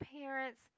parents